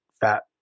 fat